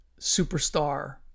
superstar